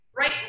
right